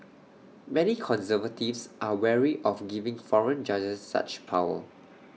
many conservatives are wary of giving foreign judges such power